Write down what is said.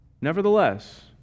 Nevertheless